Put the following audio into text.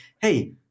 hey